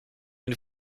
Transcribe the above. une